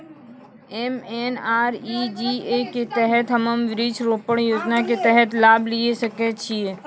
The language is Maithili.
एम.एन.आर.ई.जी.ए के तहत हम्मय वृक्ष रोपण योजना के तहत लाभ लिये सकय छियै?